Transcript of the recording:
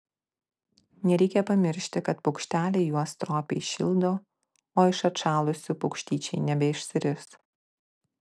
nereikia pamiršti kad paukšteliai juos stropiai šildo o iš atšalusių paukštyčiai nebeišsiris